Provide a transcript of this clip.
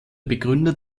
begründer